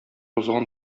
узган